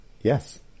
Yes